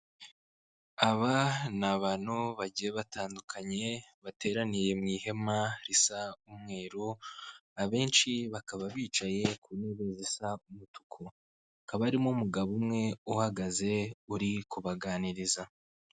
Aba ni abantu bagiye batandukanye bateraniye mu ihema risa umweru, abenshi bakaba bicaye ku ntebe ziisa umutuku, hakaba harimo umugabo umwe uhagaze uri kubaganiriza.